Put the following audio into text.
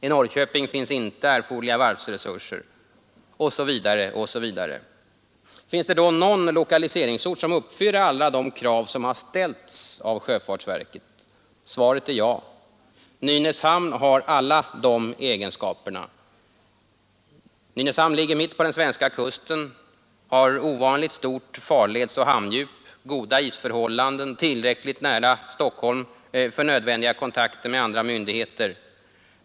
I Norrköping finns inte erforderliga varvsresurser osv. Finns det då någon lokaliseringsort som uppfyller alla de krav som har ställts av sjöfartsverket? Svaret är ja: Nynäshamn har alla de egenskaperna. Nynäshamn ligger mitt på den svenska kusten, har ovanligt stort farledsoch hamndjup, goda isförhållanden och ligger tillräckligt nära Stockholm för nödvändiga kontakter med andra myndigheter.